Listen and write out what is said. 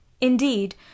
indeed